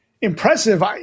impressive